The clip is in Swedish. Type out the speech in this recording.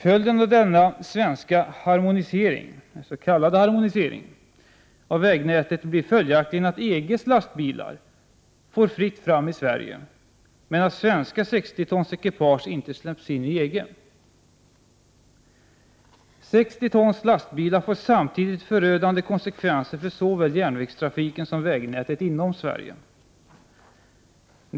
Följden av denna svenska ”harmonisering” — om man kan kalla det en harmonisering — av vägnätet blir följaktligen att EG:s lastbilar får fritt fram i Sverige, men att svenska 60-tonsekipage inte släpps in i EG. Att tillåta 60-tons lastbilar får samtidigt förödande konsekvenser för såväl järnvägstrafiken som vägnätet inom Sverige.